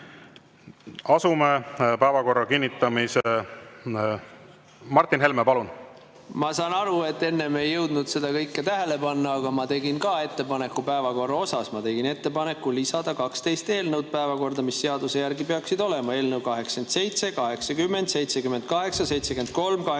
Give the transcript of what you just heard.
Asume päevakorra kinnitamise … Martin Helme, palun! Ma saan aru, et te enne ei jõudnud kõike tähele panna, aga ma tegin ka ettepaneku päevakorra kohta. Ma tegin ettepaneku lisada 12 eelnõu selle nädala päevakorda, mis seaduse järgi peaksid seal olema: eelnõu 87, 80, 78, 73, 85,